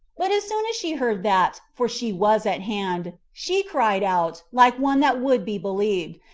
but as soon as she heard that, for she was at hand, she cried out, like one that would be believed,